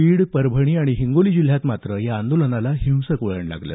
बीड परभणी आणि हिंगोली जिल्ह्यात मात्र या आंदोलनाला हिंसक वळण लागलं